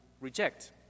reject